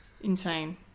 Insane